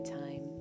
time